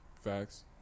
Facts